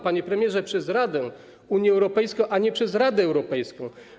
Panie premierze, przez Radę Unii Europejskiej, a nie przez Radę Europejską.